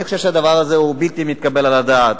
אני חושב שהדבר הזה הוא בלתי מתקבל על הדעת.